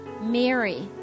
Mary